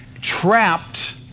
trapped